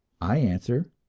i answer,